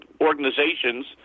organizations –